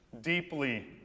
deeply